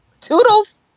toodles